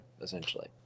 essentially